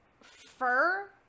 fur